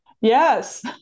yes